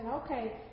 Okay